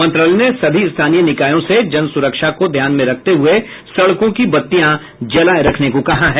मंत्रालय ने सभी स्थानीय निकायों से जन सुरक्षा को ध्यान में रखते हुए सड़कों की बत्तियां जलाए रखने को कहा है